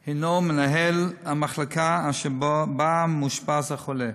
הוא מנהל המחלקה אשר בה מאושפז החולה.